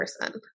person